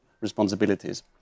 responsibilities